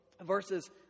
verses